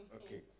Okay